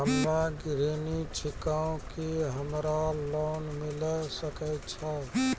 हम्मे गृहिणी छिकौं, की हमरा लोन मिले सकय छै?